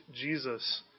Jesus